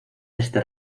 este